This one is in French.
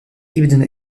ibn